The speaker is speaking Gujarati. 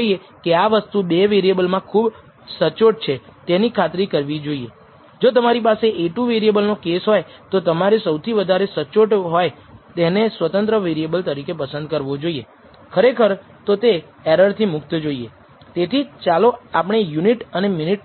તેથી આપણે તે 2 રીતે કરી શકીએ છીએ જો આપણે ખરેખર નલ પૂર્વધારણાને નકારી શકીએ તો β̂1 β1 માટેના કોન્ફિડન્સ ઈન્ટર્વલસમાં 0